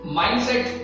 mindset